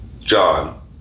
John